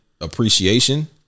appreciation